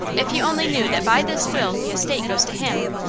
if he only knew that by this will the estate goes to him!